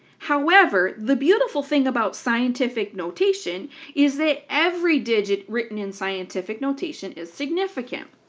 however, the beautiful thing about scientific notation is that every digit written in scientific notation is significant.